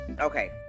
Okay